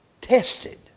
tested